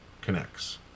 connects